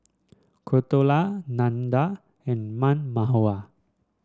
Koratala Nandan and Ram Manohar